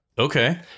Okay